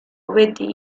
betty